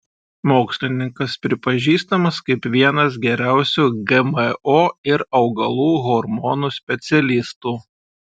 mokslininkas pripažįstamas kaip vienas geriausių gmo ir augalų hormonų specialistų